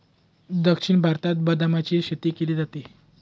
दक्षिण भारतात बदामाची शेती केली जाते